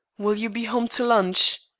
will you be home to lunch?